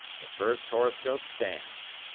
the first horoscope stands.